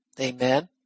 Amen